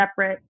separate